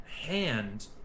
hand